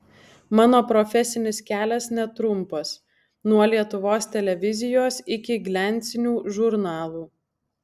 mano profesinis kelias netrumpas nuo lietuvos televizijos iki gliancinių žurnalų